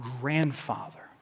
grandfather